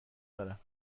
دارم